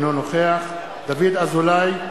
אינו נוכח דוד אזולאי,